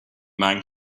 man